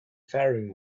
faring